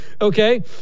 okay